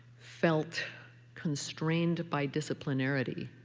felt constrained by disciplinarity,